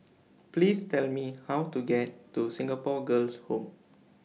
Please Tell Me How to get to Singapore Girls' Home